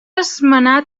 esmenar